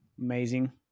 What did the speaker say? amazing